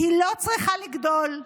והיא לא צריכה לגדול,